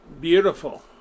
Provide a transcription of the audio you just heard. beautiful